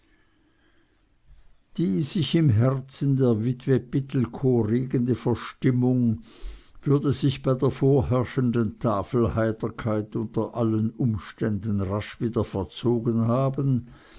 die sich im herzen der witwe pittelkow regende verstimmung würde sich bei der vorherrschenden tafelheiterkeit unter allen umständen rasch wieder verzogen haben